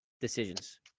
decisions